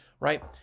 Right